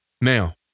Now